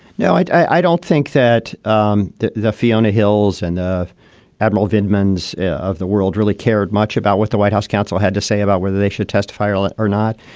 no, i don't think that um the the fiona hills and admiral vitamins of the world really cared much about what the white house counsel had to say about whether they should testify or like or not.